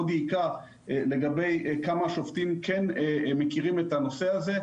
דייקה לגבי כמה השופטים כן מכירים את הנושא הזה.